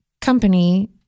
company